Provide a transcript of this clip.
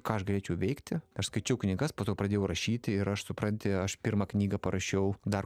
ką aš galėčiau veikti aš skaičiau knygas po to pradėjau rašyti ir aš supranti aš pirmą knygą parašiau dar